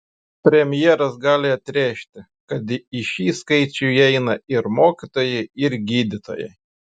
premjeras gali atrėžti kad į šį skaičių įeina ir mokytojai ir gydytojai